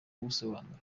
ubusobanuro